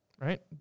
right